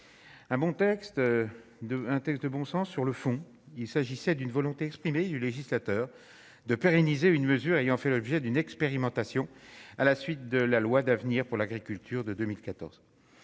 un texte de bon sens sur le fond, il s'agissait d'une volonté exprimée du législateur de pérenniser une mesure ayant fait l'objet d'une expérimentation à la suite de la loi d'avenir pour l'agriculture de 2014